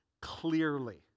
clearly